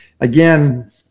Again